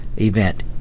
event